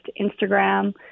Instagram